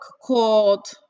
called